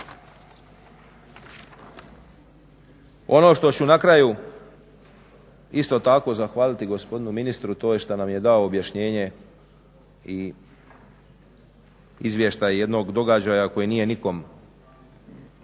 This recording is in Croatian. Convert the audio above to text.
Ono što ću na kraju isto tako zahvaliti gospodinu ministru a to je što nam je dao objašnjenje i izvještaj jednog događaja koji nije nikom drag,